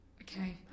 okay